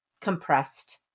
compressed